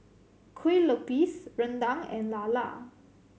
Kueh Lupis rendang and lala